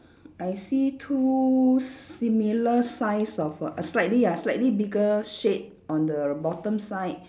I see two similar size of err slightly ah slightly bigger shade on the bottom side